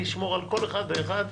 אני אשמור על כל אחת ואחד,